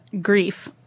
grief